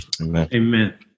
Amen